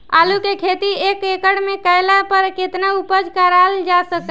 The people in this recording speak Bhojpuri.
आलू के खेती एक एकड़ मे कैला पर केतना उपज कराल जा सकत बा?